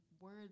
word